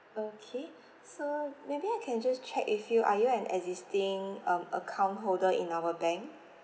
okay so maybe I can just check if you are you an existing um account holder in our bank